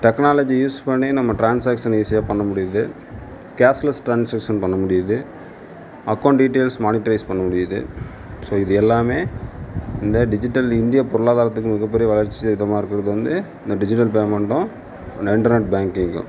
technology use பண்ணி நம்ம transaction ஈஸியாக பண்ண முடியுது கேஷ்லெஸ் டிரான்ஸாக்ஷன் பண்ண முடியுது அக்கௌண்ட் டீட்டெயில்ஸ் மானிட்டரைஸ் பண்ண முடியுது ஸோ இது எல்லாம் இந்த டிஜிட்டல் இந்திய பொருளாதாரத்துக்கு மிகப்பெரிய வளர்ச்சி வீதமா இருக்கிறது வந்து இந்த டிஜிட்டல் பேமெண்ட்டும் இன்டர்நெட் பேங்கிங்கும்